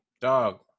dog